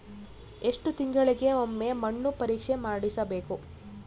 ಎಷ್ಟು ತಿಂಗಳಿಗೆ ಒಮ್ಮೆ ಮಣ್ಣು ಪರೇಕ್ಷೆ ಮಾಡಿಸಬೇಕು?